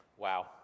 Wow